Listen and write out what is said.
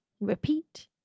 repeat